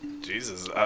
Jesus